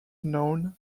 known